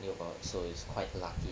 knew about it so it's quite lucky